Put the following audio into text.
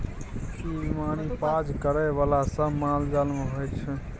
ई बीमारी पाज करइ बला सब मालजाल मे होइ छै